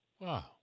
Wow